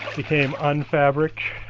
became un-fabric